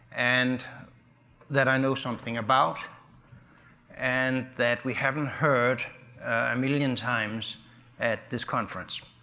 and that i know something about and that we haven't heard a million times at this conference